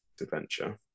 adventure